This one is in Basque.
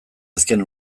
azken